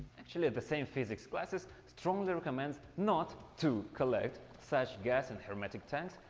actually, the same physics classes strongly recommends not to collect such gas in hermetic tanks,